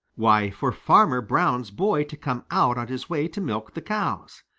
why, for farmer brown's boy to come out on his way to milk the cows.